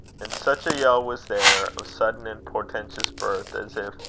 and such a yell was there of sudden and portentous birth, as if.